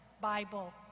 Bible